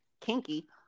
kinky